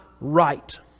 right